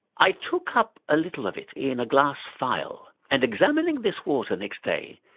i took up a little of it in a glass phial, and examining this water next day,